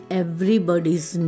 everybody's